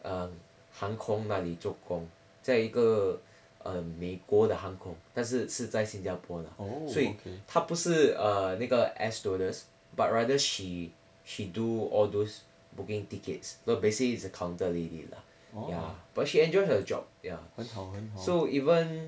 um 航空那里做工在一个 um 美国的航空但是是在新加坡的所以他不是 err 那个 air stewardess but rather she she do all those booking tickets so basically she's a counter lady lah ya but she enjoyed her job ya so even